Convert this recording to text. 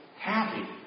Happy